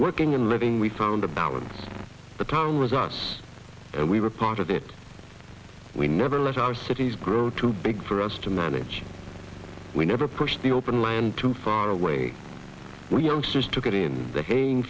working and living we found the balance the time with us and we were part of it we never let our cities grow too big for us to manage we never pushed the open land too far away with youngsters took it in the haying